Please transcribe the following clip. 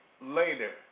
later